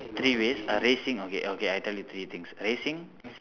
three ways racing okay okay I tell you three things racing